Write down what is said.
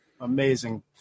Amazing